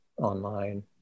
online